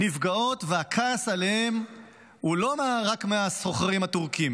נפגעות, והכעס עליהם לא בא רק מהסוחרים הטורקים